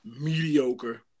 mediocre